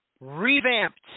revamped